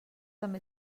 també